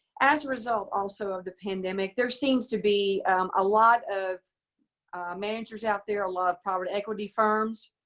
as a result also of the pandemic, there seems to be a lot of managers out there, a lot of private equity firms.